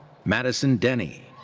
madison denny.